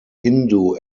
hindu